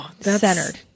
centered